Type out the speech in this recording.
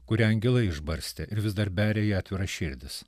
kurią angelai išbarstė ir vis dar beria į atviras širdis